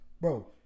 bro